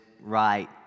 right